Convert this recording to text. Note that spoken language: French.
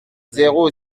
zéro